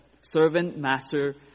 servant-master